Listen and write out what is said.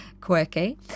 quirky